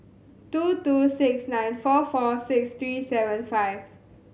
two two six nine four four six three seven five